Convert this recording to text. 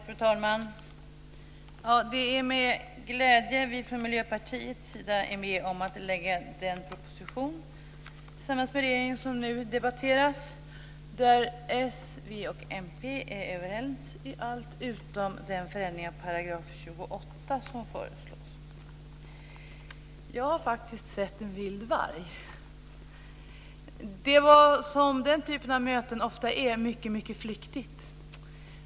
Fru talman! Det är med glädje vi från Miljöpartiets sida är med om att tillsammans med regeringen lägga fram den proposition som nu debatteras och där s, v och mp är överens om allt utom den förändring av 28 § som föreslås. Jag har faktiskt sett en vild varg. Det var som den typen av möten ofta är mycket flyktigt.